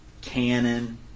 Canon